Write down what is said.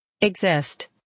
exist